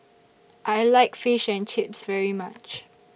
I like Fish and Chips very much